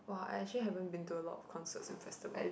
!woah! I actually haven't been to a lot of concerts and festivals